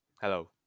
Hello